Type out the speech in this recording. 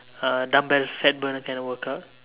uh dumbbell fat burner kind of workout